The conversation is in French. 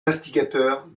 instigateurs